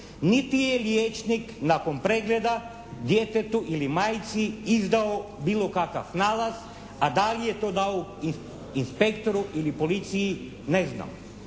niti je liječnik nakon pregleda djetetu ili majci izdao bilo kakav nalaz a da li je to dao inspektoru ili policiji ne znam.